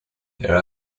there